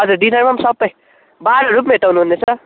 हजुर डिनरमा पनि सबै बारहरू पनि भेट्टाउनु हुनेछ